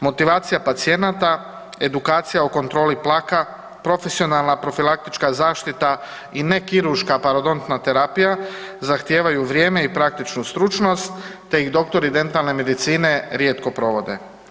Motivacija pacijenata, edukacija o kontroli plaka, profesionalna profilaktička zaštita i ne kirurška paradontna terapija, zahtijevaju vrijeme i praktičnu stručnost te ih doktori dentalne medicine rijetko provode.